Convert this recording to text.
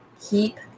keep